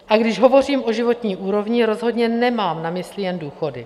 A když hovořím o životní úrovni, rozhodně nemám na mysli jen důchody.